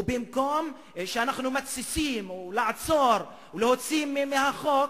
ובמקום שאנחנו מתסיסים, ולעצור, ולהוציא מהחוק,